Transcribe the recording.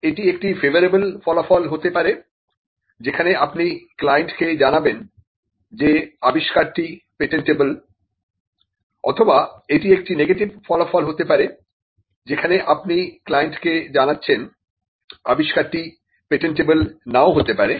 এটি একটি ফেভারেবল ফলাফল হতে পারে যেখানে আপনি ক্লায়েন্টকে জানাবেন যে আবিষ্কারটি পেটেন্টেবল অথবা এটি একটি নেগেটিভ ফলাফল হতে পারে যেখানে আপনি ক্লায়েন্টকে জানাচ্ছেন আবিষ্কারটি পেটেন্টেবল নাও হতে পারে